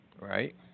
right